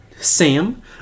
Sam